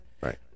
Right